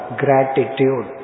gratitude